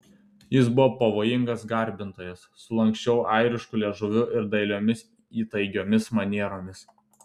jis buvo pavojingas garbintojas su lanksčiu airišku liežuviu ir dailiomis įtaigiomis manieromis